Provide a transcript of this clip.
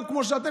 לא כמו שאתם,